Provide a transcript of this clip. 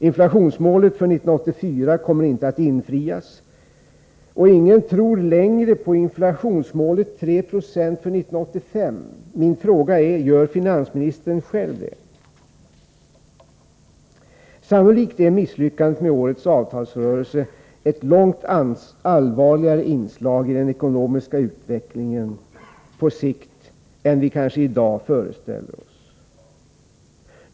Inflationsmålet för 1984 kommer inte att infrias, och ingen tror längre på inflationsmålet 3 96 för 1985. Min fråga är: Gör finansministern själv det? Sannolikt är misslyckandet med årets avtalsrörelse ett långt allvarligare inslag i den ekonomiska utvecklingen på sikt än vi kanske föreställer oss i dag.